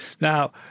Now